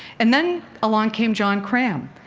and then along came john cram,